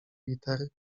litery